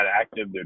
active